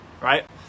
right